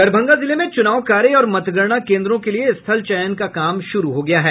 दरभंगा जिले में चूनाव कार्य और मतगणना केन्द्रों के लिये स्थल चयन का काम शुरू हो गया है